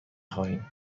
خواهیم